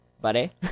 buddy